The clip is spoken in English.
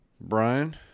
brian